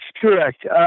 correct